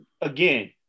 again